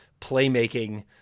playmaking